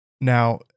Now